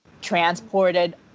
transported